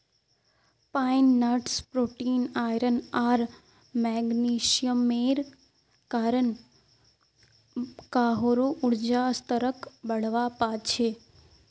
pine nuts protein, iron आर मैग्नीशियमेर कारण काहरो ऊर्जा स्तरक बढ़वा पा छे